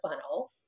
funnel